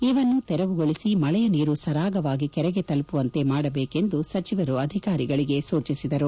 ಇವನ್ನು ತೆರವುಗೊಳಿಸಿ ಮಳೆಯ ನೀರು ಸರಾಗವಾಗಿ ಕೆರೆಗೆ ತಲುಪುವಂತೆ ಮಾಡಬೇಕು ಎಂದು ಸಚಿವರು ಅಧಿಕಾರಿಗಳಿಗೆ ಸೂಚಿಸಿದರು